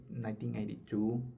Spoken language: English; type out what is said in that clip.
1982